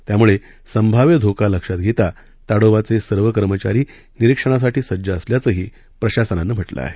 त्यामुळेसंभाव्यधोकालक्षातघेताताडोबाचेसर्वकर्मचारीनिरीक्षणासाठीसज्जअसल्याचंदेखीलप्रशासनानंम्हटलंआहे